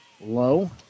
Low